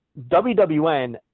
WWN